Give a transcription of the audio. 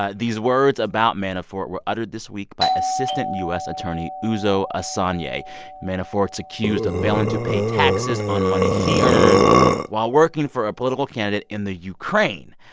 ah these words about manafort were uttered this week by assistant u s. attorney uzo asonye. manafort's accused of failing to pay taxes on money he earned while working for a political candidate in the ukraine.